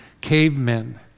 cavemen